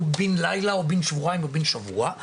בין לילה או בין שבועיים או בין שבוע,